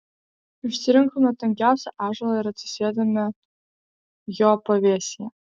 išsirinkome tankiausią ąžuolą ir atsisėdome jo pavėsyje